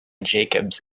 jacobs